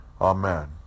Amen